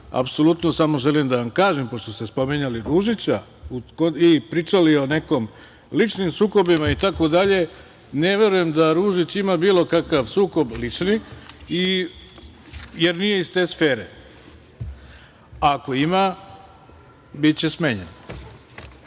dobro. Apsolutno samo želim da vam kažem, pošto ste spominjali Ružića i pričali o nekim ličnim sukobima itd, ne verujem da Ružić ima bilo kakav sukob lični, jer nije iz te sfere. Ako ima, biće smenjen. Nisam